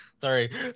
Sorry